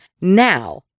now